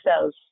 cells